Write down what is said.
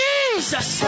Jesus